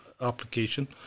application